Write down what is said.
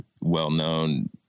well-known